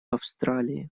австралии